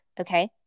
Okay